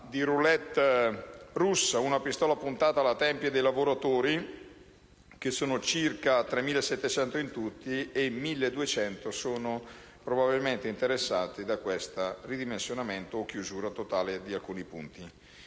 di *roulette* russa, una pistola puntata alla tempia dei lavoratori, che sono circa 3.700 in tutto, di cui 1.200 sono probabilmente interessati da questo ridimensionamento o chiusura totale di alcuni punti